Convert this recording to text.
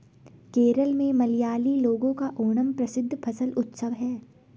केरल में मलयाली लोगों का ओणम प्रसिद्ध फसल उत्सव है